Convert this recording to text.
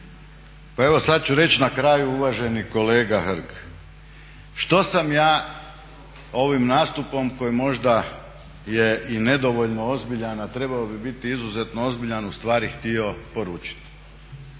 Pa evo sad ću reći na kraju uvaženi kolega Hrg što sam ja ovim nastupom koji možda je i nedovoljno ozbiljan a trebao bi biti izuzetno ozbiljan ustvari htio poručiti?